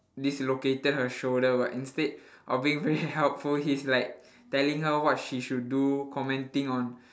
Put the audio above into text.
dislocated her shoulder but instead of being very helpful he's like telling her what she should do commenting on